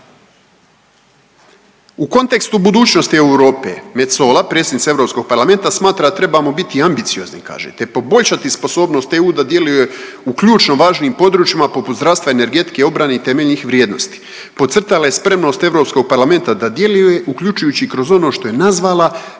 U kontekstu budućnosti Europe Metsola predsjednica Europskog parlamenta smatra da trebamo biti ambiciozni kaže te poboljšati sposobnost EU da djeluje u ključno važnijim područjima poput zdravstva, energetike, obrane i temeljnih vrijednosti. Podcrtala je spremnost Europskog parlamenta da djeluje uključujući kroz ono što je nazvala